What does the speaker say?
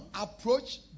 Approach